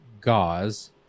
gauze